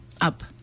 up